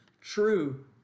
true